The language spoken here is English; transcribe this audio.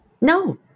No